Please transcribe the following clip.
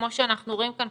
כמו שאנחנו רואים כאן,